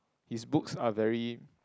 his books are very